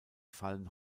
fallen